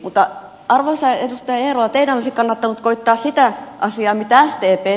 mutta arvoisa edustaja eerola teidän olisi kannattanut koettaa sitä asiaa mitä sdp teki